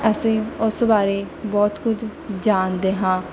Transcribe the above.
ਅਸੀਂ ਉਸ ਬਾਰੇ ਬਹੁਤ ਕੁਝ ਜਾਣਦੇ ਹਾਂ